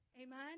Amen